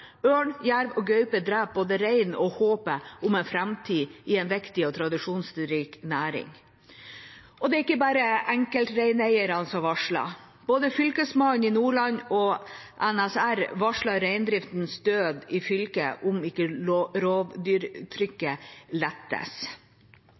Ørn, jerv og gaupe dreper både reinen og håpet om en framtid i en viktig og tradisjonsrik næring. Og det er ikke bare enkeltreineiere som varsler. Både Fylkesmannen i Nordland og Norske Samers Riksforbund, NSR, varsler reindriftens død i fylket om ikke